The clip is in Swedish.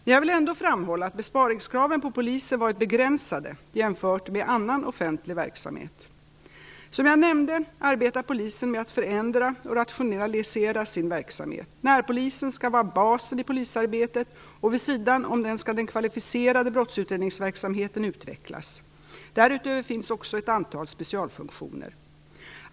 Men jag vill ändå framhålla att besparingskraven på polisen har varit begränsade jämfört med annan offentlig verksamhet. Som jag nämnde arbetar polisen med att förändra och rationalisera sin verksamhet. Närpolisen skall vara basen i polisarbetet, och vid sidan om den skall den kvalificerade brottsutredningsverksamheten utvecklas. Därutöver finns också ett antal specialfunktioner.